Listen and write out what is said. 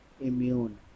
Immune